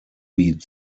beat